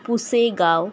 Pusegaon